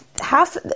half